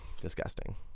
disgusting